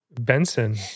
Benson